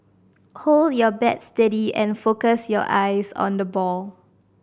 hold your bat steady and focus your eyes on the ball